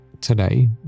today